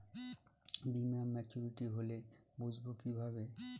বীমা মাচুরিটি হলে বুঝবো কিভাবে?